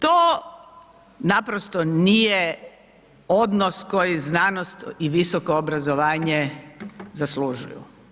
To naprosto nije odnos koji znanost i visoko obrazovanje zaslužuju.